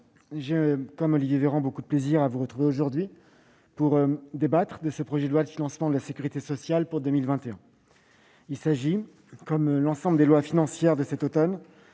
comme Olivier Véran, j'ai beaucoup de plaisir à vous retrouver aujourd'hui pour débattre de ce projet de loi de financement de la sécurité sociale pour 2021. Il s'agit, comme l'ensemble des lois financières de cet automne,